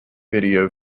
video